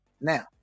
Now